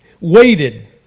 waited